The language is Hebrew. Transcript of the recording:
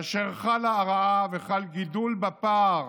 חלה הרעה וחל גידול בפער